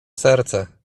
serce